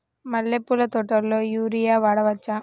మల్లె పూల తోటలో యూరియా వాడవచ్చా?